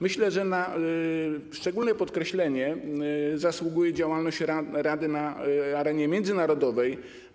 Myślę, że na szczególne podkreślenie zasługuje działalność rady na arenie międzynarodowej.